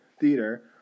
Theater